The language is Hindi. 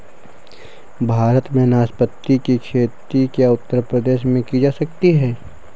भारत में नाशपाती की खेती क्या उत्तर प्रदेश में की जा सकती है?